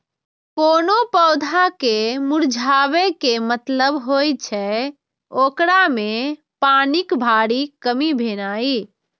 कोनो पौधा के मुरझाबै के मतलब होइ छै, ओकरा मे पानिक भारी कमी भेनाइ